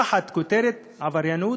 תחת הכותרת "עבריינות".